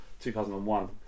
2001